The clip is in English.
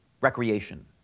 recreation